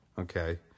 Okay